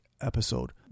episode